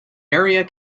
area